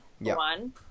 One